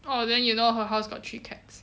oh then you know her house got three cats